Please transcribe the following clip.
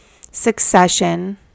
succession